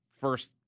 first